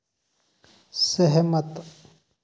सहमत